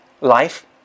life